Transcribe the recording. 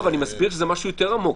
אבל אני מסביר שזה משהו שיותר עמוק,